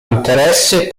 interesse